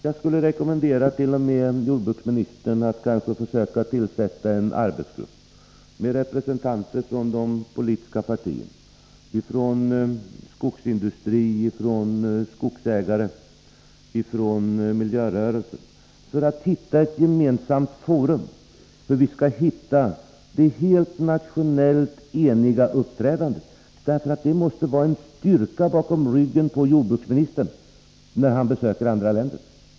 Jag skulle t.o.m. rekommendera jordbruksministern att försöka tillsätta en arbetsgrupp med representanter från de politiska partierna, skogsindustrin, skogsägarna och miljörörelsen för att hitta ett gemensamt forum. Vi måste få till stånd ett helt enigt nationellt uppträdande, för det måste vara en styrka för jordbruksministern att ha detta i ryggen när han besöker andra länder.